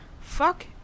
Fuck